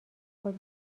خود